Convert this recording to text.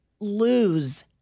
lose